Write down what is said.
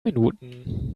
minuten